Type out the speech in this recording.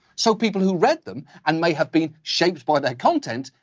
so people who read them, and may have been shaped by their content,